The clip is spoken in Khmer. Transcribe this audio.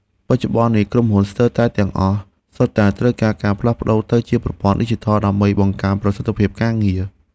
បច្ចុប្បន្ននេះក្រុមហ៊ុនស្ទើរតែទាំងអស់សុទ្ធតែត្រូវការការផ្លាស់ប្តូរទៅជាប្រព័ន្ធឌីជីថលដើម្បីបង្កើនប្រសិទ្ធភាពការងារ។